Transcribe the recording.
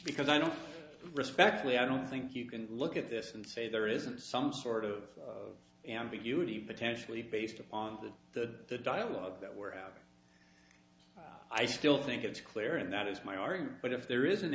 because i don't respectfully i don't think you can look at this and say there isn't some sort of ambiguity potentially based on that the dialogue that we're i still think it's clear and that is my argument but if there is